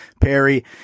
Perry